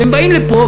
והם באים לפה,